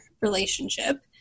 relationship